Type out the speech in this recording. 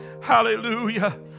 Hallelujah